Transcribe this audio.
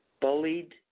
Bullied